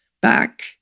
back